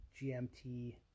GMT